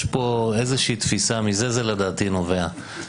יש פה איזושהי תפיסה, מזה זה לדעתי נובע,